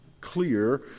clear